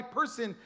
person